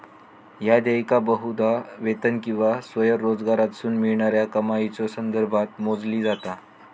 ह्या देयका बहुधा वेतन किंवा स्वयंरोजगारातसून मिळणाऱ्या कमाईच्यो संदर्भात मोजली जातत